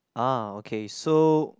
ah okay so